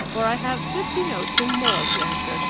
for i have fifty notes and more to answer.